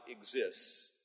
exists